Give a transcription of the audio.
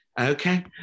Okay